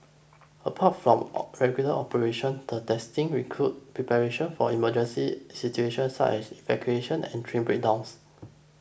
apart from regular operations the testing includes preparation for emergency situations such as evacuations and train breakdowns